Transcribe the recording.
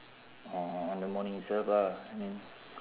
orh on the morning itself lah I mean